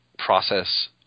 process